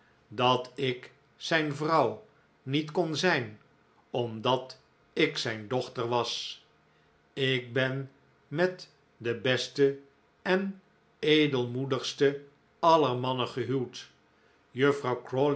dat ik zijn vrouw niet kon zijn omdat ik zijn dochter was ik ben met den besten en edelmoedigsten aller mannen gehuwd juffrouw